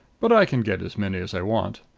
but i can get as many as i want.